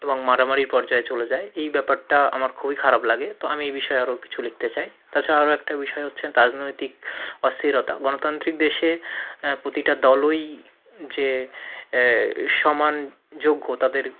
এবং মারামারির পর্যায়ে চলে যায় এই ব্যাপারটা আমার খুবই খারাপ লাগে তো আমি এ বিষয়ে আরো কিছু লিখতে চাই তাছাড়া আরো একটা বিষয় হচ্ছে রাজনৈতিক অস্থিরতা গণতান্ত্রিক দেশে প্রতিটা দলই যে সমান যোগ্য তাদের